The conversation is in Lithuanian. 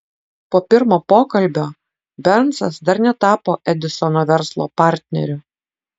po pirmo pokalbio bernsas dar netapo edisono verslo partneriu